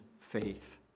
faith